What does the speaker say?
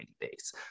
days